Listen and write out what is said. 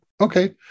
okay